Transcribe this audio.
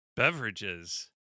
beverages